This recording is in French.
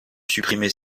supprimer